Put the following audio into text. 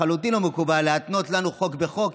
לחלוטין לא מקובל להתנות לנו חוק בחוק.